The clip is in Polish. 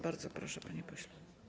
Bardzo proszę, panie pośle.